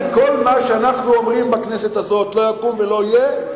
כי כל מה שאנחנו אומרים בכנסת הזאת לא יקום ולא יהיה,